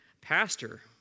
Pastor